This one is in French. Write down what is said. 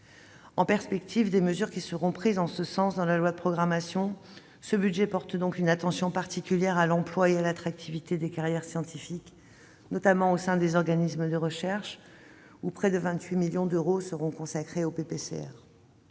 En attendant les mesures qui seront prises en ce sens dans la loi de programmation, nous portons une attention particulière à l'emploi et à l'attractivité des carrières scientifiques dans ce budget, notamment au sein des organismes de recherche. Près de 28 millions d'euros seront consacrés aux PPCR